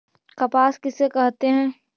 कपास किसे कहते हैं?